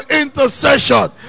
intercession